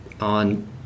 on